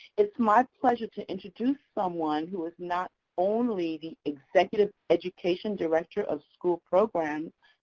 it's my pleasure to introduce someone who is not only the executive education director of school programs,